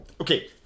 okay